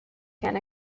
can